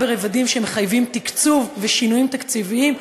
גם ברבדים שמחייבים תקצוב ושינויים תקציביים,